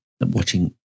watching